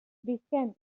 visquem